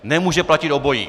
Nemůže platit obojí!